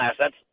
assets